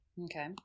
Okay